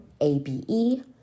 A-B-E